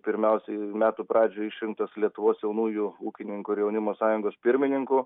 pirmiausiai metų pradžioj išrinktas lietuvos jaunųjų ūkininkų ir jaunimo sąjungos pirmininku